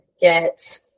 get